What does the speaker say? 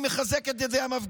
אני מחזק את ידי המפגינים,